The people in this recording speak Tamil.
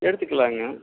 எடுத்துக்கலாங்க